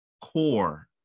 core